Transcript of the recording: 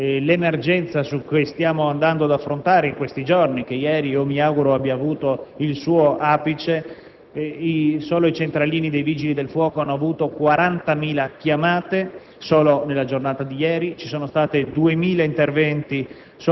l'emergenza che stiamo affrontando in questi giorni, che ieri mi auguro abbia avuto il suo apice, solo i centralini dei Vigili del fuoco hanno ricevuto 40.000 chiamate; nella giornata di ieri ci sono stati 2.000 interventi